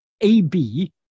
AB